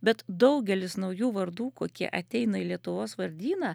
bet daugelis naujų vardų kokie ateina į lietuvos vardyną